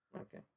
Okay